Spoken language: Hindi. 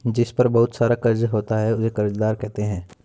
जिस पर बहुत सारा कर्ज हो उसे कर्जदार कहते हैं